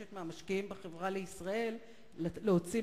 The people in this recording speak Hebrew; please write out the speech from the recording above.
מבקשת מהמשקיעים ב"חברה לישראל" להוציא